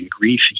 grief